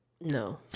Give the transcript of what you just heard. no